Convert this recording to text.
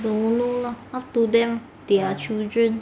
don't know lah up to them their children